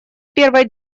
первое